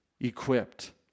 equipped